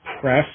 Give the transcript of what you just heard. press